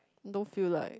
don't feel like